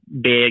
big